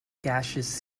gaseous